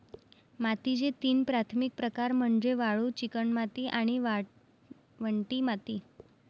मातीचे तीन प्राथमिक प्रकार म्हणजे वाळू, चिकणमाती आणि वाळवंटी माती